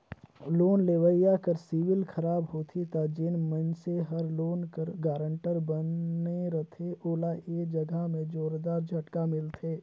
loan लेवइया कर CIBIL खराब होथे ता जेन मइनसे हर लोन कर गारंटर बने रहथे ओला ए जगहा में जोरदार झटका मिलथे